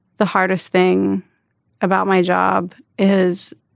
the hardest thing about my job is